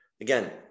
Again